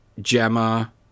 Gemma